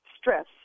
stress